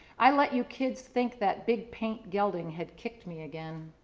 i let you kids think that big paint gelding had kicked me again.